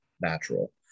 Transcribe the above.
natural